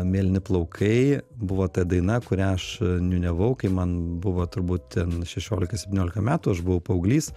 mėlyni plaukai buvo ta daina kurią aš niūniavau kai man buvo turbūt šešiolika septyniolika metų aš buvau paauglys